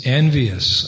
envious